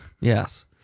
Yes